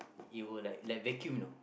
it will like like vacuum you know